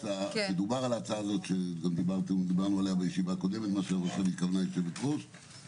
אולי נבקש מהמוסד לביטוח לאומי להסביר את התוספות האלה שניתנות?